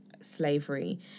slavery